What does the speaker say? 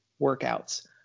workouts